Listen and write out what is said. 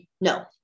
No